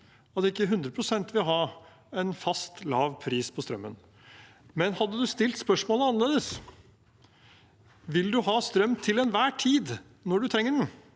at ikke 100 pst. vil ha en fast lav pris på strømmen. Hadde man stilt spørsmålet annerledes – vil du ha strøm til enhver tid, når du trenger den?